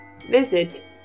Visit